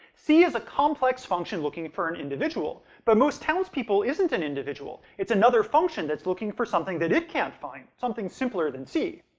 see is a complex function looking for an individual, but most townspeople isn't an individual it's another function that's looking for something it can't find, something simpler than see.